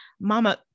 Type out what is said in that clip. Mama